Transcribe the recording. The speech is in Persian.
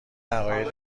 عقاید